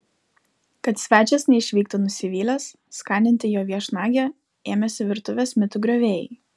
kad svečias neišvyktų nusivylęs skaninti jo viešnagę ėmėsi virtuvės mitų griovėjai